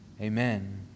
Amen